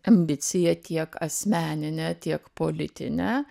ambiciją tiek asmeninę tiek politinę